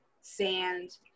sand